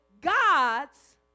God's